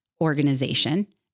organization